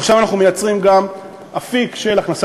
ועכשיו אנחנו מייצרים גם אפיק של הכנסה